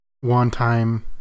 one-time